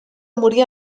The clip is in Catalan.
morir